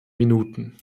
minuten